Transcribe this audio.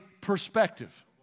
perspective